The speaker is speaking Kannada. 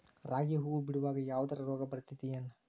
ರಾಗಿ ಹೂವು ಬಿಡುವಾಗ ಯಾವದರ ರೋಗ ಬರತೇತಿ ಏನ್?